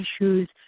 issues